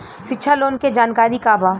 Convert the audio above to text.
शिक्षा लोन के जानकारी का बा?